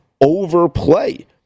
overplay